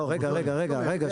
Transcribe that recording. לא, רגע, רגע, רגע.